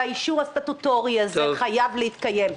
והאישור הסטטוטורי הזה חייב להתקיים.